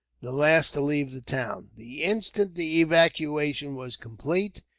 the last to leave the town. the instant the evacuation was complete,